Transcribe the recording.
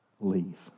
leave